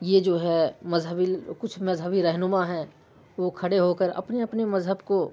یہ جو ہے مذہبی کچھ مذہبی رہنما ہیں وہ کھڑے ہو کر اپنے اپنے مذہب کو